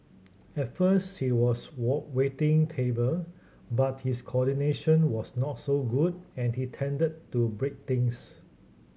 at first he was wall waiting table but his coordination was not so good and he tended to break things